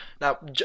Now